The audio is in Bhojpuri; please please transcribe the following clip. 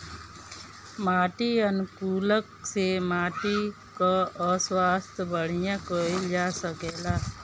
माटी अनुकूलक से माटी कअ स्वास्थ्य बढ़िया कइल जा सकेला